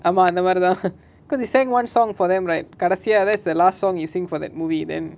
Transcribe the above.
ஆமா அந்தமாரிதா:aama anthamaritha because he sang one song for them right கடைசியா:kadaisiya that's the last song he sing for that movie then